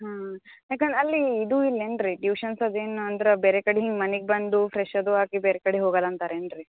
ಹಾಂ ಯಾಕಂದ್ರ್ ಅಲ್ಲಿ ಇದು ಇಲ್ಲೇನು ರೀ ಟ್ಯೂಷನ್ಸ್ ಅದೇನು ಅಂದ್ರೆ ಬೇರೆ ಕಡಿಂದ ನಿಮ್ಮ ಮನೆಗ್ ಬಂದು ಫ್ರೆಷ್ ಅದು ಆಗಿ ಬೇರೆ ಕಡೆ ಹೋಗಲ್ಲ ಅಂತರೇನು ರೀ